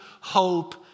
hope